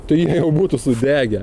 tai jie jau būtų sudegę